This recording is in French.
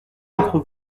d’entre